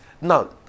now